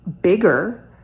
bigger